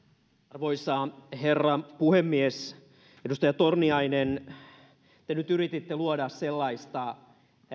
arvoisa herra puhemies edustaja torniainen te nyt yrititte luoda sellaista